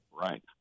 Right